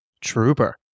trooper